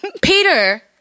Peter